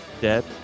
dead